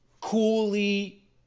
coolly